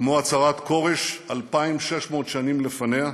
כמו הצהרת כורש 2,600 שנים לפניה,